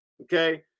okay